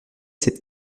cette